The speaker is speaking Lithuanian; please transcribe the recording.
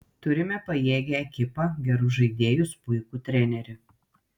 turime pajėgią ekipą gerus žaidėjus puikų trenerį